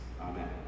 Amen